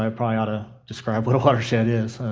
i probably ought to describe what a watershed is.